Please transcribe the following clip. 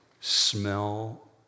smell